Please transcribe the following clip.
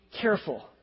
careful